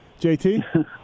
JT